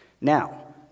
Now